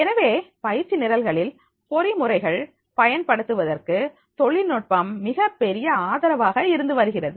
எனவே பயிற்சி நிரல்களில் பொறிமுறைகளை பயன்படுத்துவதற்கு தொழில்நுட்பம் மிகப்பெரிய ஆதரவாக இருந்து வருகிறது